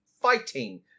fighting